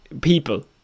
People